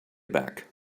back